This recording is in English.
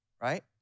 right